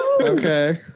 Okay